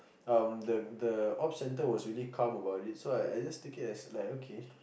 um the the ops centre was really calm about it so I I just take it as like okay